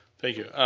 thank you.